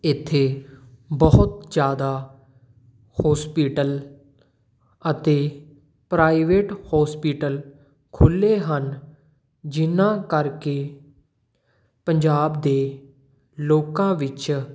ਇੱਥੇ ਬਹੁਤ ਜ਼ਿਆਦਾ ਹੋਸਪੀਟਲ ਅਤੇ ਪ੍ਰਾਈਵੇਟ ਹੋਸਪੀਟਲ ਖੁੱਲ੍ਹੇ ਹਨ ਜਿਨ੍ਹਾਂ ਕਰਕੇ ਪੰਜਾਬ ਦੇ ਲੋਕਾਂ ਵਿੱਚ